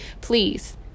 please